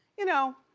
you know,